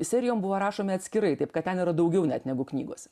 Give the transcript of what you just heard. serijom buvo rašomi atskirai taip kad ten yra daugiau net negu knygos